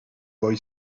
boy